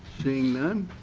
seeing none